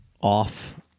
off